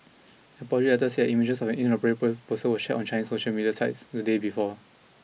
the apology letter said images of an inappropriate poster were shared on Chinese social media sites the day before